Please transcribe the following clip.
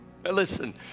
Listen